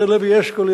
שזה לוי אשכול,